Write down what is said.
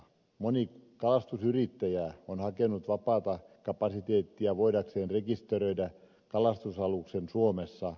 moni kalastusyrittäjä on hakenut vapaata kapasiteettia voidakseen rekisteröidä kalastusaluksen suomessa